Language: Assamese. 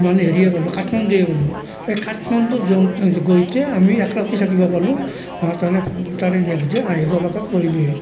মানে হেৰিয়ে পালোঁ কাঠমাণ্ডু পালোঁ এই কাঠমাণ্ডুত যাওঁতে গৈতে আমি এক ৰাতি থাকিব পালো তাৰমানে তাৰে নেক্স ডে আহিব লগাত পৰিলোৱেই